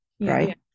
right